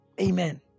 Amen